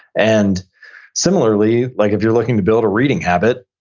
and similarly like if you're looking to build a reading habit,